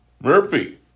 Murphy